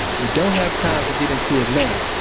we don't have time to get into it now.